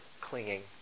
clinging